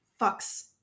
fucks